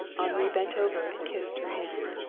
henri bent over and kissed her hand.